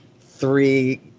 three